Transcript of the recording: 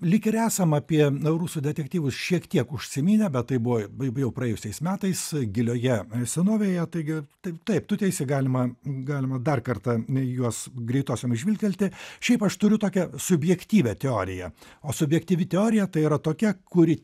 lyg ir esam apie rusų detektyvus šiek tiek užsiminę bet tai buvo jau praėjusiais metais gilioje senovėje taigi taip taip tu teisi galima galima dar kartą juos greitosiomis žvilgtelti šiaip aš turiu tokią subjektyvią teoriją o subjektyvi teorija tai yra tokia kuri